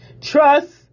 Trust